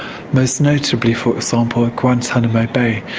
most notably, for example, at guantanamo bay.